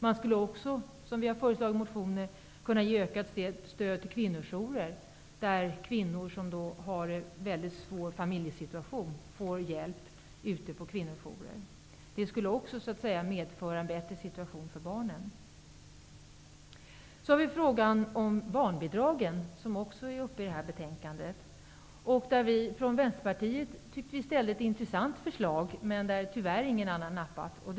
Man skulle också, vilket vi har föreslagit i motioner, kunna ge ökat stöd till kvinnojourer, där kvinnor som har en mycket svår familjesituation får hjälp. Det skulle också medföra en bättre situation för barnen. Sedan har vi frågan om barnbidragen, som också tas upp i det här betänkandet. Från Vänsterpartiet kom vi med ett som vi tycker intressant förslag, som tyvärr ingen annan nappade på.